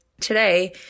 today